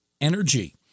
energy